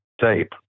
Tape